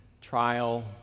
trial